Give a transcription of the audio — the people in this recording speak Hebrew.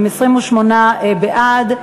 בעד,